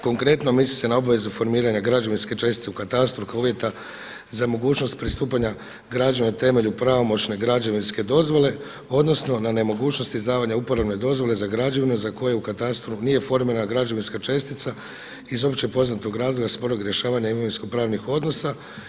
Konkretno, misli se na obavezu formiranja građevinske čestice u katastru kao uvjeta za mogućnost pristupanja građenja na temelju pravomoćne građevinske dozvole odnosno na nemogućnost izdavanja uporabne dozvole za građevinu za koje u katastru nije formirana građevinska čestica iz opće poznatog razloga sporog rješavanja imovinskopravnih odnosa.